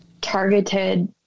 targeted